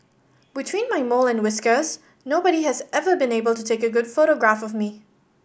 between my mole and whiskers nobody has ever been able to take a good photograph of me